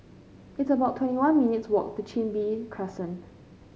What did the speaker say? it's about twenty one minutes' walk to Chin Bee Crescent